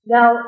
Now